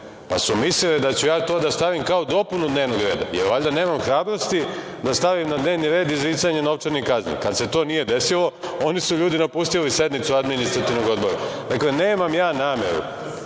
pa su mislile da ću ja to da stavim kao dopunu dnevnog reda, jer valjda nemam hrabrosti da stavim na dnevni red izricanje novčanih kazni. Kada se to nije desilo oni su ljudi napustili sednicu Administrativnog odbora. Dakle, nemam ja nameru